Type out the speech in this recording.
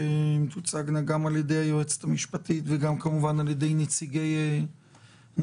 הן תוצגנה על ידי היועצת המשפטית וגם כמובן על ידי נציגי הממשלה.